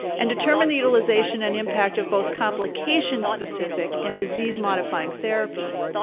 and determine the utilization and impact of both complication-specific and disease-modifying therapies.